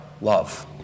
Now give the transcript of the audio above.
love